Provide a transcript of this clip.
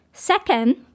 Second